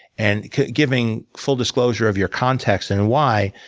and giving full disclosure of your context, and and why,